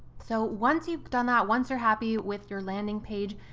so once you've done that, once you're happy with your landing page,